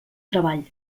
treball